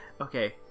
Okay